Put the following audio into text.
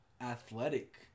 athletic